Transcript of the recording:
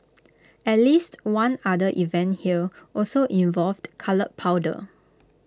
at least one other event here also involved coloured powder